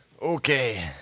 Okay